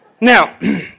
Now